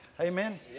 Amen